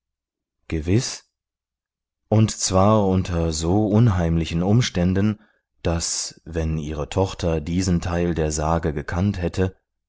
gewiß und zwar unter so unheimlichen umständen daß wenn ihre tochter diesen teil der sage gekannt hätte